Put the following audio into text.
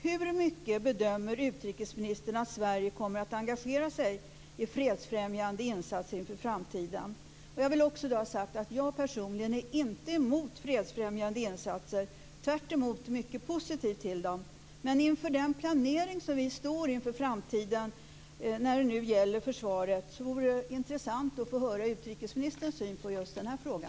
Hur mycket bedömer utrikesministern att Sverige kommer att engagera sig i fredsfrämjande insatser inför framtiden? Jag vill också säga att jag personligen inte är emot fredsfrämjande insatser, utan tvärtom är mycket positiv till dem. Men med den planering som vi står inför i framtiden när det gäller försvaret vore det intressant att få höra utrikesministerns syn på just den här frågan.